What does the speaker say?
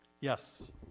yes